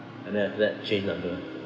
and then after that change number